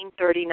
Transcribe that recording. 1939